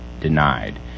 denied